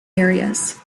areas